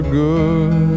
good